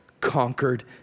conquered